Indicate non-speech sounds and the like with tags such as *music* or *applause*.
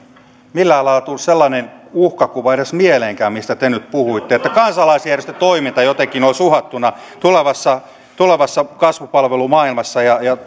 millään lailla tullut sellainen uhkakuva mieleenkään mistä te nyt puhuitte että kansalaisjärjestötoiminta jotenkin olisi uhattuna tulevassa tulevassa kasvupalvelumaailmassa ja ja *unintelligible*